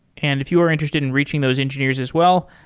and if you are interested in reaching those engineers as well,